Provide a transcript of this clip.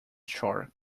shark